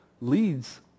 leads